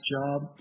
job